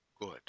good